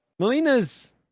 Melina's